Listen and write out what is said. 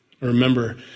Remember